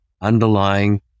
underlying